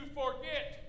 forget